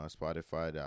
Spotify